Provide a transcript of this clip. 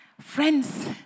Friends